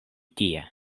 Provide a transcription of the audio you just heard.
tie